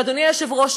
ואדוני היושב-ראש,